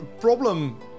problem